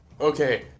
Okay